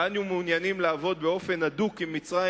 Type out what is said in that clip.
ואנו מעוניינים לעבוד באופן הדוק עם מצרים